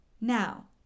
Now